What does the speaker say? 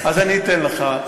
אז אני אתן לך.